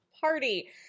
party